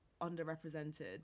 underrepresented